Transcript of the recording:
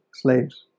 slaves